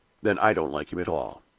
then i don't like him at all!